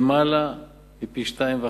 למעלה מפי-2.5.